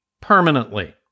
permanently